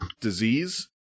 disease